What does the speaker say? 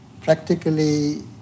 practically